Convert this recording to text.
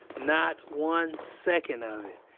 not one second of it.